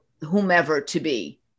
whomever-to-be